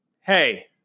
hey